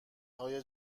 های